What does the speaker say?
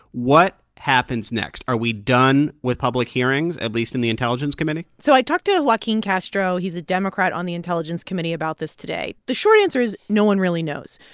what happens next? are we done with public hearings at least, in the intelligence committee? so i talked to joaquin castro he's a democrat on the intelligence committee about this today. the short answer is, no one really knows.